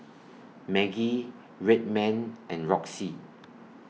Maggi Red Man and Roxy